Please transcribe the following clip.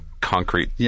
concrete